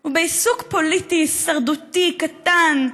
הוא עיסוק פוליטי הישרדותי קטן,